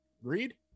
Agreed